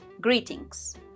greetings